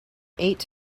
eight